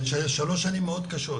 אלה שלוש שנים מאוד קשות.